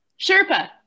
Sherpa